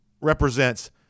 represents